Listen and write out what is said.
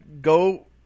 go